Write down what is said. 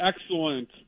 Excellent